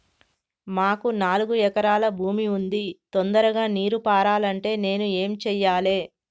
మాకు నాలుగు ఎకరాల భూమి ఉంది, తొందరగా నీరు పారాలంటే నేను ఏం చెయ్యాలే?